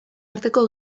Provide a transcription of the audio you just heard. arteko